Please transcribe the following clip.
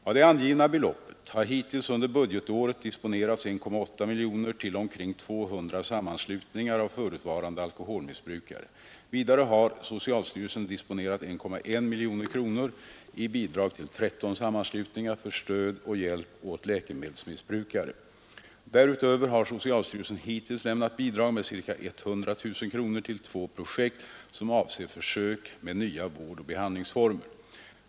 Av det angivna beloppet har hittills under budgetåret disponerats 1,8 miljoner kronor till omkring 200 sammanslutningar av förutvarande alkoholmissbrukare. Vidare har socialstyrelsen disponerat 1,1 miljoner kronor i bidrag till 13 sammanslutningar för stöd och hjälp åt läkemedelsmissbrukare. Därutöver har socialstyrelsen hittills lämnat bidrag med ca 100 000 kronor till två projekt som avser försök med nya vårdoch behandlingsformer.